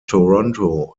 toronto